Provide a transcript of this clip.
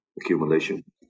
accumulation